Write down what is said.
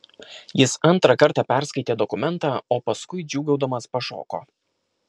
jis antrą kartą perskaitė dokumentą o paskui džiūgaudamas pašoko